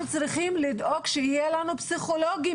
אנחנו צריכים לדאוג שיהיה לנו פסיכולוגים